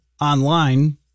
online